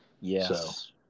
Yes